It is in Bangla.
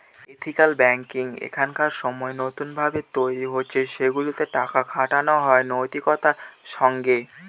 এথিকাল ব্যাঙ্কিং এখনকার সময় নতুন ভাবে তৈরী হচ্ছে সেগুলাতে টাকা খাটানো হয় নৈতিকতার সঙ্গে